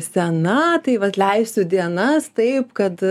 sena tai vat leisiu dienas taip kad